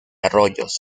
arroyos